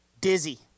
Dizzy